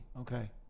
Okay